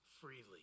freely